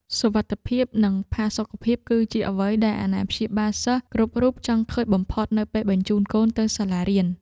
សុវត្ថិភាពនិងផាសុកភាព គឺជាអ្វីដែលអាណាព្យាបាលសិស្សគ្រប់រូបចង់ឃើញបំផុតនៅពេលបញ្ជូនកូនទៅសាលារៀន។